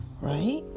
right